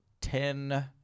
Ten